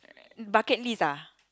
bucket list ah